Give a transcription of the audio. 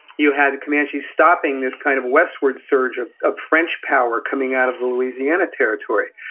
you had comanches stopping this kind of westward surge of of french power coming out of the louisiana territory.